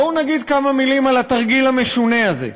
בואו נגיד כמה מילים על התרגיל המשונה הזה.